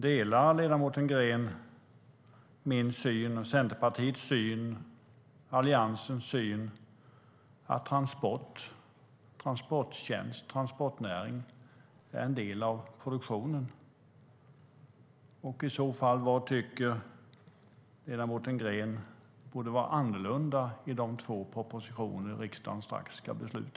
Delar ledamoten Green min, Centerpartiets och Alliansens syn att transport, transporttjänster och transportnäring är en del av produktionen? I så fall, vad tycker ledamoten Green borde vara annorlunda i de två propositioner riksdagen strax ska besluta om?